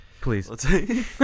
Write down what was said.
Please